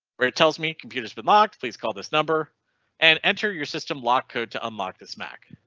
where it tells me computers been locked please call this number an enter your system lock code to unlock this mac.